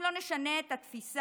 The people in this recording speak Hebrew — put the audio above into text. אם לא נשנה את התפיסה,